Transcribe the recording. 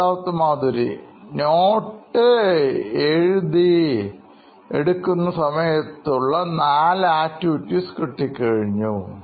Siddharth Maturi CEO Knoin Electronics notes എഴുതി എടുക്കുന്ന സമയത്ത് ഉള്ള നാല് ആക്ടിവിറ്റീസ് കിട്ടിക്കഴിഞ്ഞു